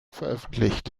veröffentlicht